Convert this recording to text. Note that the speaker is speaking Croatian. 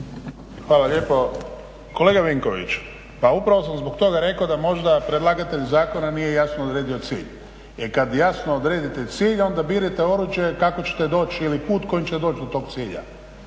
Hvala lijepo. Kolega Vinković pa upravo sam zbog toga rekao da možda predlagatelj zakona nije jasno odredio cilj. Jer kad jasno odredite cilj onda birate oruđe kako ćete doći ili put kojim ćete doći do tog cilja.